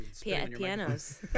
Pianos